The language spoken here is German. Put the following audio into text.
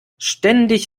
ständig